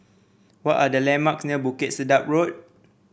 what are the landmarks near Bukit Sedap Road